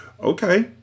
Okay